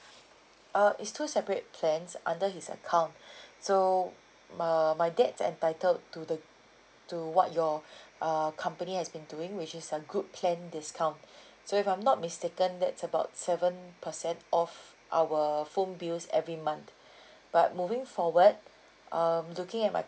uh it's two separate plans under his account so uh my dad's entitled to the to what your err company has been doing which is a group plan discount so if I'm not mistaken that's about seven percent off our phone bills every month but moving forward um looking at my